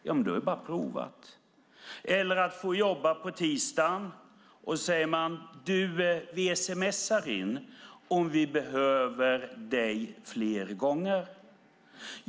Jo, men du har ju bara provat. Eller också får man jobba på en tisdag, och så säger arbetsgivaren: Vi sms:ar om vi behöver dig fler gånger.